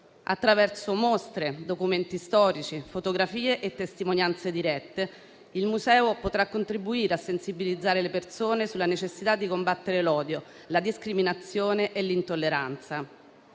Attraverso mostre, documenti storici, fotografie e testimonianze dirette, il museo potrà contribuire a sensibilizzare le persone sulla necessità di combattere l'odio, la discriminazione e l'intolleranza.